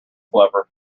clever